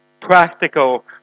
practical